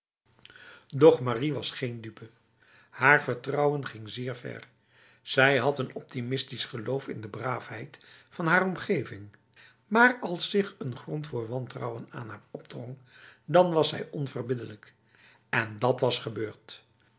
doch marie was geen dupe haar vertrouwen ging zeer ver zij had een optimistisch geloof in de braafheid van haar omgeving maar als zich een grond voor wantrouwen aan haar opdrong dan was zij onverbiddelijk en dat was gebeurd